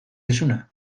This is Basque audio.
duzuna